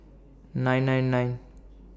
nine nine nine